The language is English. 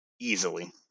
easily